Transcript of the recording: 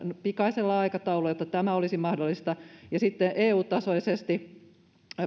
pikaisella aikataululla jotta tämä olisi mahdollista ja sitten eu tasoisesti